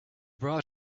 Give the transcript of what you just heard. brought